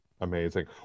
amazing